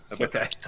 Okay